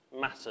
matter